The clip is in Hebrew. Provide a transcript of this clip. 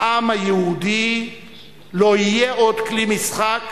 העם היהודי לא יהיה עוד כלי משחק